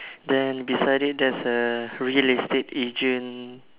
then beside it there's a real estate agent